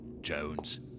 Jones